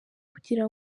kugira